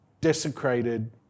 desecrated